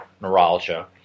neuralgia